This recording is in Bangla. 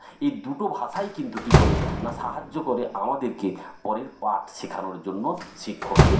এই দুটো ভাষাই কিন্তু কী করে না সাহায্য করে আমাদেরকে পরের পাঠ শেখানোর জন্য শিক্ষককে